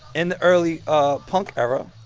in the early ah punk era.